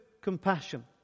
compassion